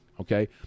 Okay